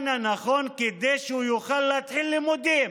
כדי שהוא יוכל להתחיל לימודים?